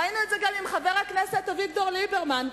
ראינו את זה עם חבר הכנסת אביגדור ליברמן,